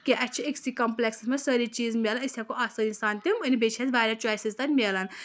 کیٚنٛہہ اَسہِ چھِ أکۍسٕے کَمپٕلٮ۪کسَس منٛز سٲری چیٖز میلان أسۍ ہٮ۪کو آسٲنی سان تِم أنِتھ بیٚیہِ چھِ اَسہِ واریاہ چایسٕز تَتہِ میلان